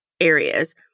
areas